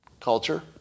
culture